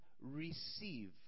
receive